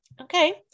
okay